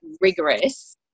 rigorous